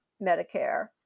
Medicare